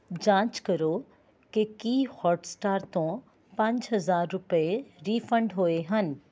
ਜਾਂਚ ਕਰੋ ਕਿ ਕੀ ਹੌਟਸਟਾਰ ਤੋਂ ਪੰਜ ਹਜ਼ਾਰ ਰੁਪਏ ਰਿਫੰਡ ਹੋਏ ਹਨ